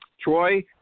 Troy